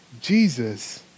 Jesus